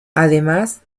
además